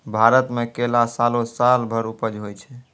भारत मे केला सालो सालो भर उपज होय छै